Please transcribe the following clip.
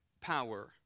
power